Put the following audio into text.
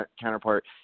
counterpart